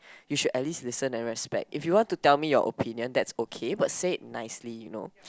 you should at least listen and respect if you want to tell me your opinion that's okay but say it nicely you know